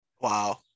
wow